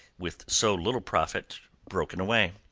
with so little profit, broken away.